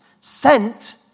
sent